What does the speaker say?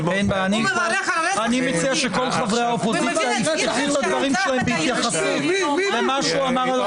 -- אני מציע שכל חברי האופוזיציה יפתחו ויתייחס למה שכתב.